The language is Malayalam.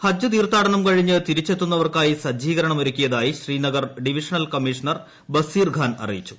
ഹജ്ജ് തീർത്ഥാടനം കഴിഞ്ഞ് തിരിച്ചെത്തുന്നവർക്കായി സജ്ജീകരണം ഒരുക്കിയതായി ശ്രീനഗർ ഡിവിഷണൽ കമ്മീഷണർ ബസീർ ഖാൻ അറിയിച്ചു